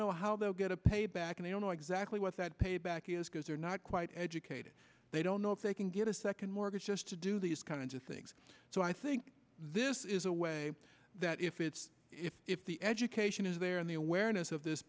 know how they'll get a payback and they don't know exactly what that payback is because they're not quite educated they don't know if they can get a second mortgage just to do these kinds of things so i think this is a way that if it's if if the education is there in the awareness of this